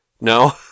No